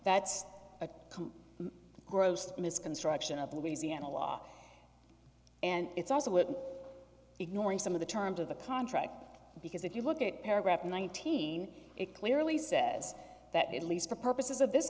that's a gross misconstruction of louisiana law and it's also it ignoring some of the terms of the contract because if you look at paragraph nineteen it clearly says that at least for purposes of this